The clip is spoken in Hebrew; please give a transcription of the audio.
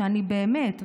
שאני באמת,